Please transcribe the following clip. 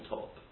top